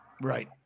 right